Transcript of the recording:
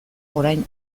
orain